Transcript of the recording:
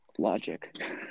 Logic